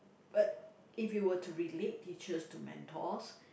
but if you were to relate teachers to mentors